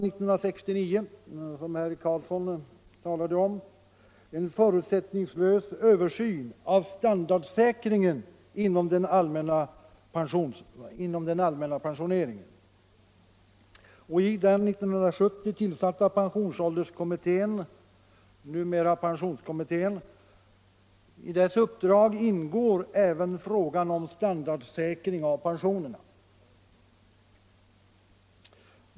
talade om — en förutsättningslös översyn av standardsäkringen inom den allmänna pensioneringen. I uppdraget till den år 1970 tillsatta pensionsålderskommittén, numera pensionskommittén, ingår även frågan om standardsäkring av pensionerna.